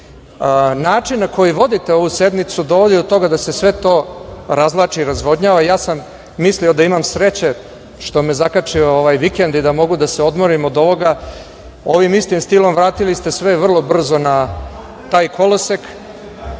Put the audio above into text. Način na koji vodite ovu sednicu dovodi do toga da se sve to razvlači, razvodnjava. Ja sam mislio da imam sreće što me je zakačio ovaj vikend i da mogu da se odmorim od ovoga. Ovim istim stilom vratili ste sve vrlo brzo na taj kolosek.